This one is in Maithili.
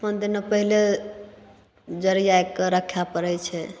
पाँच दिना पहिले ओरियाइके रखय पड़य छै